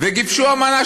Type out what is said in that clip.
וגיבשו אמנה,